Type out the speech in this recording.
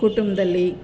ಕುಟುಂಬದಲ್ಲಿ